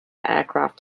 aircraft